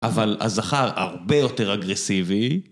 אבל הזכר הרבה יותר אגרסיבי